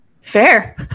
fair